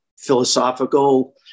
philosophical